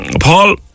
Paul